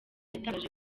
yatangaje